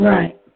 Right